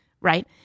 right